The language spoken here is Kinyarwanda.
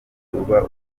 uba